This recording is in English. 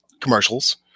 commercials